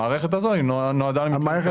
המערכת הזאת נועדה --- דרך המערכת